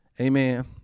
Amen